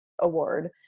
award